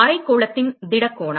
அரைக்கோளத்தின் திட கோணம்